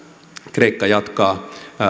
kreikka jatkaa